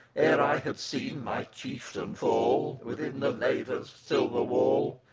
ere i had seen my chieftain fall within the laver's silver wall,